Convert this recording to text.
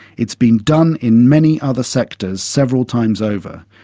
it's been done in many other sectors several times over.